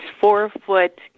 four-foot